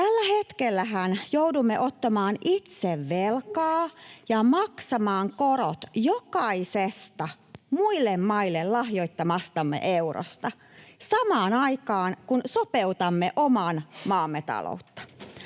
Tällä hetkellähän joudumme ottamaan itse velkaa ja maksamaan korot jokaisesta muille maille lahjoittamastamme eurosta — samaan aikaan, kun sopeutamme oman maamme taloutta.